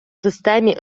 системі